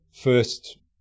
first